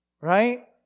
right